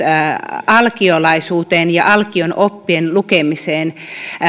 alkiolaisuuteen ja alkion oppien lukemiseen